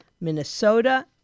Minnesota